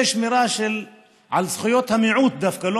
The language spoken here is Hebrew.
זה שמירה על זכויות המיעוט דווקא,